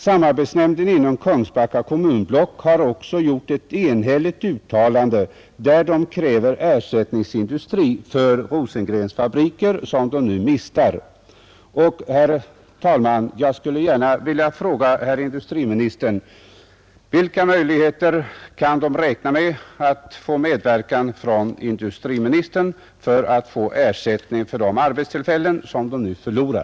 Samarbetsnämnden inom Kungsbacka kommunblock har också gjort ett enhälligt uttalande, där man kräver ersättningsindustri för Rosengrens fabriker, som man nu mister. Jag skulle gärna vilja fråga herr industriministern: Vilken medverkan från .industriministern kan man där räkna med för att få ersättning för de arbetstillfällen som man nu förlorar?